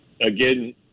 again